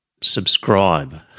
subscribe